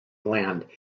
gland